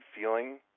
feeling